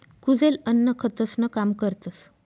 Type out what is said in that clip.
कुजेल अन्न खतंसनं काम करतस